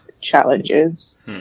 challenges